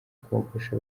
kogosha